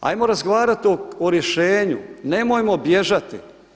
Hajmo razgovarat o rješenju, nemojmo bježati.